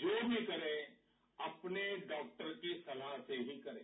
जो भी करे अपने डॉक्टर के सलाह से ही करें